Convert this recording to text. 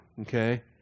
Okay